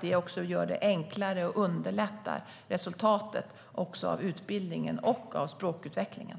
Det förenklar och underlättar också utbildningen och språkutvecklingen.